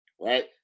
right